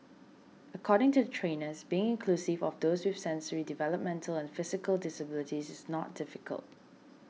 according to the trainers being inclusive of those with sensory developmental and physical disabilities is not difficult